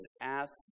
ask